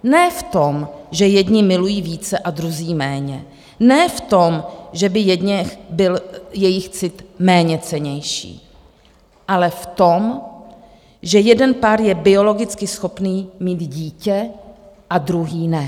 Ne v tom, že jedni milují více a druzí méně, ne v tom, že by u jedněch byl jejich cit méněcennější, ale v tom, že jeden pár je biologicky schopný mít dítě a druhý ne.